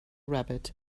rabbit